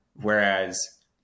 Whereas